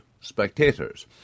spectators